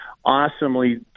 awesomely